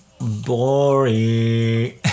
boring